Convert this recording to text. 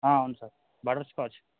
అవును sir butterscotch